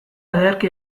ederki